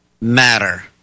matter